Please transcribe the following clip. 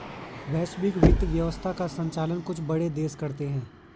वैश्विक वित्त व्यवस्था का सञ्चालन कुछ बड़े देश करते हैं